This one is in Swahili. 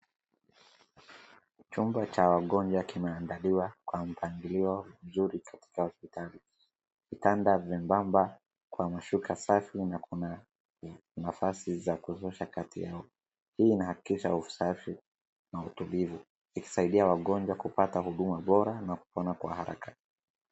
Chumba cha wagonjwa kinaandaliwa kwa mfuatilio mzuri katika kitanda vyembamba na mashuka safi na kuna nafasi za kuzusha kati yao, hii inahakikisha usafi na utulivu hili kusaidia wagonjwa kupata huduma bora na kupona kwa haraka.